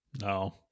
No